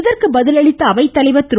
இதற்கு பதிலளித்த அவைத்தலைவர் திரு